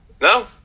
No